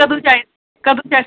कदूं चाहिदा कदूं चाहिदा